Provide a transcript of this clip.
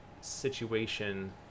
situation